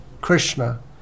Krishna